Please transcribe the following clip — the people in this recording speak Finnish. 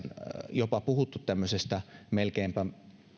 jopa puhuttu tämmöisestä melkeinpä